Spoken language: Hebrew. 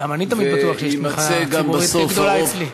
גם אני תמיד בטוח שיש תמיכה ציבורית הכי גדולה אצלי.